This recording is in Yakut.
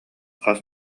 хас